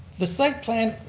the site plan